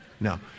No